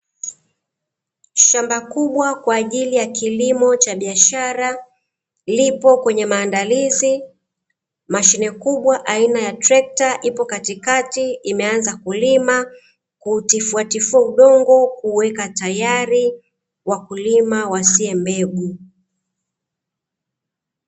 Shamba kubwa kwa ajili ya kilimo cha biashara lipo kwenye maandalizi, mashine kubwa ya trekta ipo katikati imeanza kulima, kuutifuatifua udongo kuuweka tayari wakulima watie mbegu.